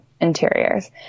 interiors